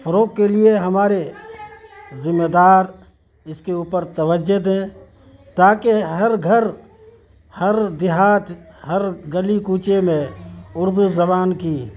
فروغ کے لیے ہمارے ذمہ دار اس کے اوپر توجہ دیں تاکہ ہر گھر ہر دیہات ہر گلی کوچے میں اردو زبان کی